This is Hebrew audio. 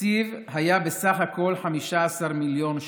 התקציב היה בסך הכול 15 מיליון ש"ח,